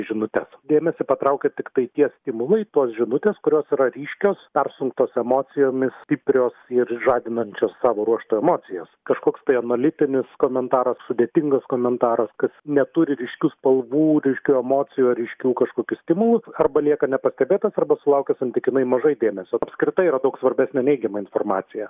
žinutes dėmesį patraukia tiktai tie stimulai tos žinutės kurios yra ryškios persunktos emocijomis stiprios ir žadinančios savo ruožtu emocijas kažkoks tai analitinis komentaras sudėtingas komentaras kas neturi ryškių spalvų ryškių emocijų ar ryškių kažkokių stimulų arba lieka nepastebėtas arba sulaukia santykinai mažai dėmesio apskritai yra daug svarbesnė neigiama informacija